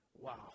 Wow